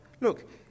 look